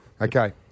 Okay